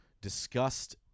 discussed